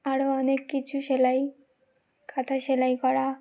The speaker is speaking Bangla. আরও অনেক কিছু সেলাই কাঁথা সেলাই করা